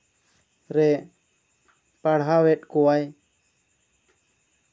ᱨᱮ ᱯᱟᱲᱦᱟᱣᱮᱫ ᱠᱚᱣᱟᱭ